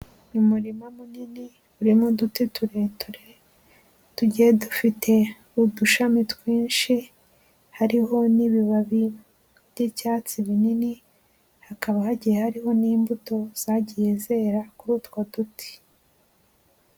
Umurima munini urimo uduti tureture tugiye dufite udushami twinshi, hariho n'ibibabi by'icyatsi binini, hakaba hagiye hariho n'imbuto zagiye zera kuri utwo duti.